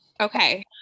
Okay